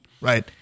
Right